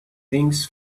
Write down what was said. things